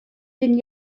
den